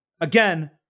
Again